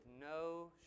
no